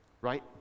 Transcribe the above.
right